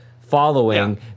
following